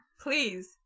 please